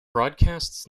broadcasts